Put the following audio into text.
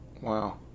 Wow